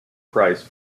price